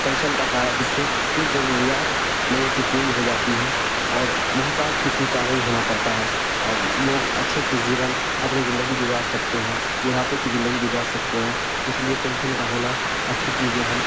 pension کا سہارا جس سے کچھ ضروریات لوگوں کی پوری ہو جاتی ہے اور محتاج کسی کا نہیں ہونا پڑتا ہے اور لوگ اچھے سے زیون اپنی جندگی گزار سکتے ہیں بڑھاپے کی جندگی گزار سکتے ہیں اس لیے پینشن کا ہونا اچھی چیزیں ہیں